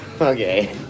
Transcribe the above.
Okay